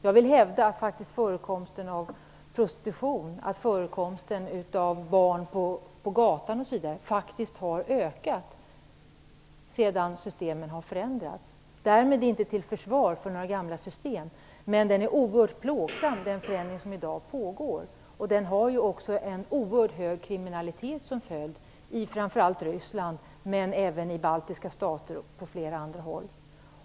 Jag vill hävda att förekomsten av prostitution och barn på gatorna osv. faktiskt har ökat sedan systemen förändrades. Därmed vill jag inte gå till försvar för några gamla system. Men den förändring som i dag pågår är oerhört plågsam och har också en oerhört hög kriminalitet som följd i framför allt Ryssland men även i de baltiska staterna och på flera andra håll.